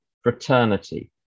fraternity